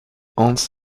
hans